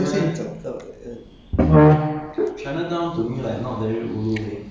eh 你 don't say like this leh 有时是很难找有些东西你找不到的 mm